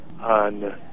on